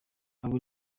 abo